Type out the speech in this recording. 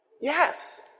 Yes